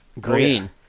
Green